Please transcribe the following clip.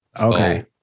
Okay